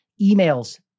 emails